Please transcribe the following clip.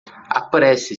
apresse